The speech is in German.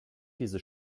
diese